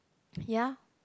ya